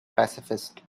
pacifist